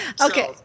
Okay